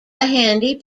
handy